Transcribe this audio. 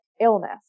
illness